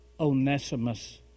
Onesimus